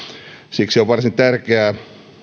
siksi on varsin tärkeää